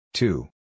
Two